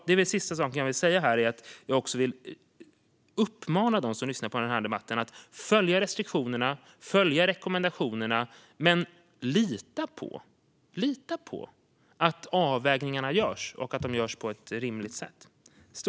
Det sista jag vill säga är att jag vill uppmana dem som lyssnar på den här debatten att följa restriktionerna och följa rekommendationerna men lita på att avvägningarna görs och att de görs på ett rimligt sätt.